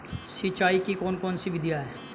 सिंचाई की कौन कौन सी विधियां हैं?